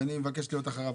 אבל אני מבקש להיות אחריו.